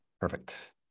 perfect